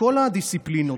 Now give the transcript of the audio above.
מכל הדיסציפלינות,